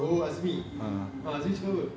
oh azmi ah azmi cakap apa